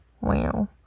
Wow